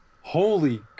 Holy